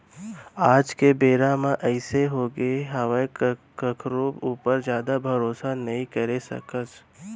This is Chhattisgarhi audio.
आज के बेरा म अइसे होगे हावय कखरो ऊपर जादा भरोसा नइ करे सकस